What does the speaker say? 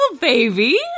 baby